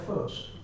first